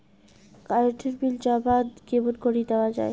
Current এর bill জমা কেমন করি দেওয়া যায়?